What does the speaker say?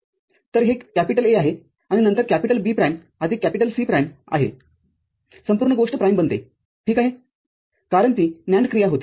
तर हे A आहेआणि नंतर B प्राईम आदिक C प्राईमआहे संपूर्ण गोष्ट प्राइम बनते ठीक आहेकारण ती NAND क्रिया होती